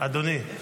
--- אדוני,